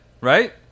right